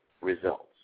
results